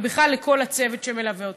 ובכלל לכל הצוות שמלווה אותי.